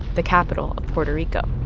the capital of puerto rico